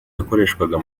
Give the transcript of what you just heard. yakoreshwaga